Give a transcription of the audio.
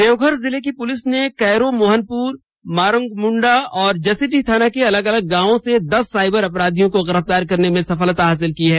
देवघर जिले की पुलिस ने करी मोहनपुर मारगोमुंडा और जसीडीह थाना के अलग अलग गांवों से दस साइबर अपराधियों को गिरफ़तार करने में सफलता हासिल की है